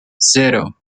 cero